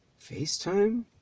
FaceTime